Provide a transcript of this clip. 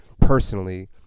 personally